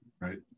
right